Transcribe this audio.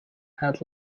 had